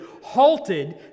halted